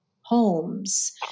homes